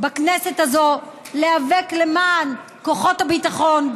בכנסת הזאת להיאבק למען כוחות הביטחון,